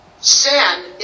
Sin